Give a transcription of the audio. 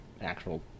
actual